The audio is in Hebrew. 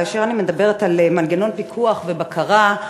כאשר אני מדברת על מנגנון פיקוח ובקרה,